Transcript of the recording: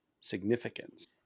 significance